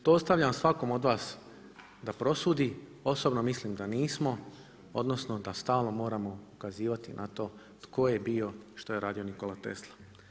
To ostavljam svakom od vas da prosudi, osobno mislim da nismo odnosno da stalno moramo ukazivati na tko, tko je bio i što je radio Nikola Tesla.